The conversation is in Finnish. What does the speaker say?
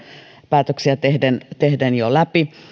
päätöksiä tehden tehden jo läpi